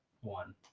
one